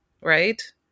right